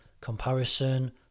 comparison